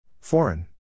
Foreign